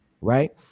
Right